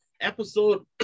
episode